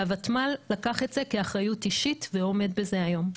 והוותמ"ל לקח את זה כאחריות אישית ועומד בזה היום.